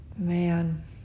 man